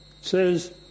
says